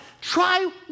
Try